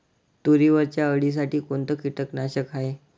तुरीवरच्या अळीसाठी कोनतं कीटकनाशक हाये?